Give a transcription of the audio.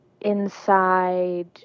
inside